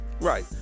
Right